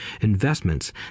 investments